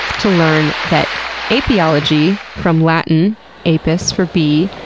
to learn that apiology from latin apis, for bee,